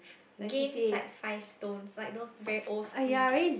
games like five stones like those very old school